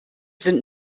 sind